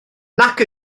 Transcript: nac